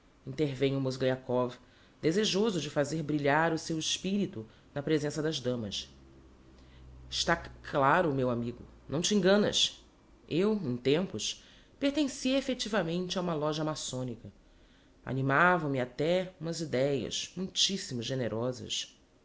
maçonica intervem o mozgliakov desejoso de fazer brilhar o seu espirito na presença das damas está c claro meu amigo não t'enganas eu em tempos pertenci effectivamente a uma loja maçónica animavam me até umas ideias muitissimo generosas